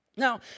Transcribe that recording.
Now